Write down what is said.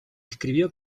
escribió